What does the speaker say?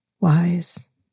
Wise